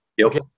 Okay